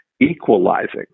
equalizing